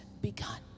begun